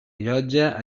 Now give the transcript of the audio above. allotja